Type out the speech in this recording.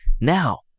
Now